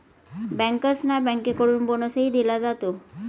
बँकर्सना बँकेकडून बोनसही दिला जातो